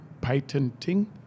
Patenting